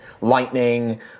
lightning